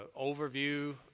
overview